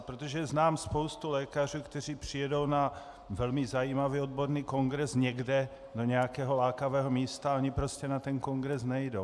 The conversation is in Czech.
Protože znám spoustu lékařů, kteří přijedou na velmi zajímavý odborný kongres někde do nějakého lákavého místa a oni prostě na ten kongres nejdou.